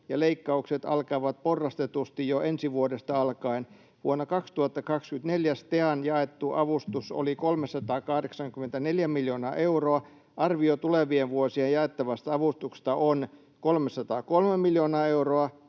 ja leikkaukset alkavat porrastetusti jo ensi vuodesta alkaen. Vuonna 2024 STEAn jaettu avustus oli 384 miljoonaa euroa. Arvio tulevien vuosien jaettavasta avustuksesta on: 303 miljoonaa euroa,